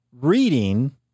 reading